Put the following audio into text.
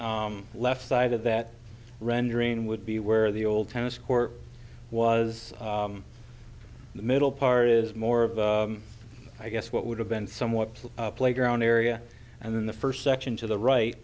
left side of that rendering would be where the old tennis court was the middle part is more i guess what would have been somewhat the playground area and then the first section to the right